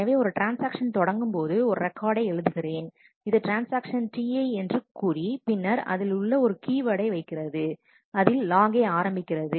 எனவே ஒரு டிரன்சாக்சன் தொடங்கும்போது நான் ஒரு ரெக்கார்டை எழுதுகிறேன் இது ட்ரான்ஸ்ஆக்ஷன் Ti என்று கூறி பின்னர் அதில் ஒரு கீவேடை வைக்கிறது அதில் லாகை ஆரம்பிக்கிறது